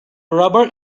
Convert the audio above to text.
rubber